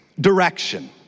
direction